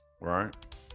right